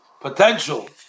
potential